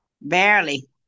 Barely